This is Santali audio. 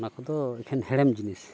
ᱚᱱᱟ ᱠᱚᱫᱚ ᱮᱠᱷᱮᱱ ᱦᱮᱲᱮᱢ ᱡᱤᱱᱤᱥ